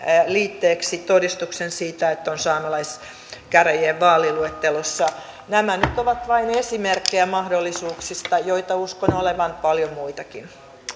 liitteeksi todistuksen siitä että on saamelaiskäräjien vaaliluettelossa nämä nyt ovat vain esimerkkejä mahdollisuuksista joita uskon olevan paljon muitakin